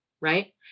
right